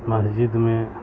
مسجد میں